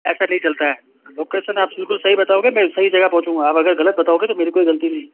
ऐसा नही चलता है लोकेशन आप बिलकुल सही बताओगे मैं सही जगह पहुँचूँगा आप अगर गलत बताओगे तो मेरी कोई गलती नहीं